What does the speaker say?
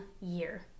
year